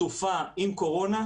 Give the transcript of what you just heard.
סופה עם קורונה,